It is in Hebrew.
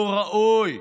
לא ראוי,